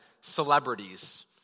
celebrities